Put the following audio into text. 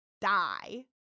die